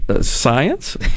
Science